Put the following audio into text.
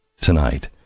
tonight